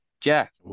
Jack